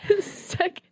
second